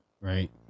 Right